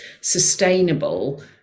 sustainable